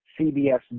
CBS